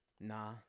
nah